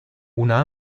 una